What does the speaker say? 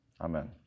Amen